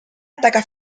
ataca